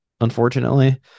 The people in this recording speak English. unfortunately